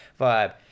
vibe